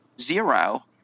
zero